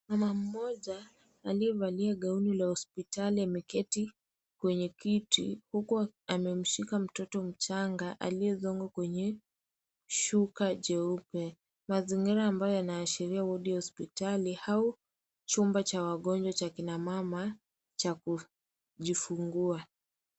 Mama mmoja aliyevalia gauni la hospitali ameketi kwenye kiti huku amemshika mtoto mchanga aliyezongwa kwenye shuka jeupe, mazingira ambayo yanaashiria wadi ya hospitali au chumba cha wagonjwa cha kina mama cha kujifungua.